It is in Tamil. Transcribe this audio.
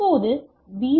இப்போது பி